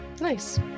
nice